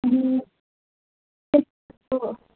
ए